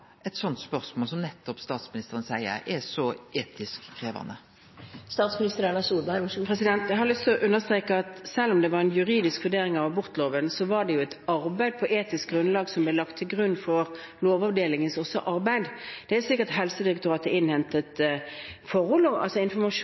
eit slikt spørsmål som nettopp, som statsministeren seier, er så etisk krevjande? Jeg har lyst til å understreke at selv om det var en juridisk vurdering av abortloven, var det jo også et arbeid på etisk grunnlag som ble lagt til grunn for Lovavdelingens arbeid. Helsedirektoratet har innhentet informasjon om de medisinske forholdene knyttet til fosterreduksjon, og det var arrangert fagmøter og